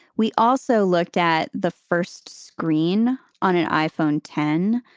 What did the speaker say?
we also looked at the first screen on an iphone ten.